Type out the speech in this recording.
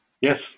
Yes